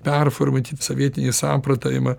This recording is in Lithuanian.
performuoti sovietinį samprotavimą